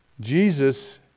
Jesus